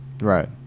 Right